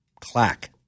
clack